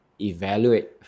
Evaluate